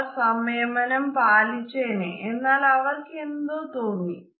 അവർ സംയമനം പാലിച്ചേനെ എന്നാൽ അവർക്കു എന്തോ തോന്നി